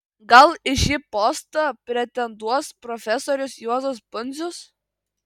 gal į šį postą pretenduos profesorius juozas pundzius